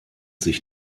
sich